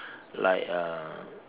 like uh